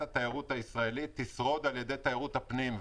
התיירות הישראלית תשרוד על-ידי תיירות הפנים.